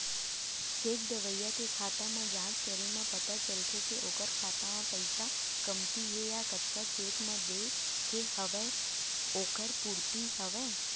cheque देवइया के खाता म जाँच करे म पता चलथे के ओखर खाता म पइसा कमती हे या जतका चेक म देय के हवय ओखर पूरति हवय